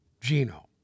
Gino